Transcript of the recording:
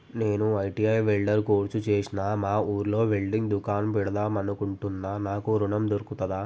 నేను ITI welder course చేశ్న మా ఊర్లో వెల్డింగ్ దుకాన్ పెడదాం అనుకుంటున్నా నాకు ఋణం దొర్కుతదా?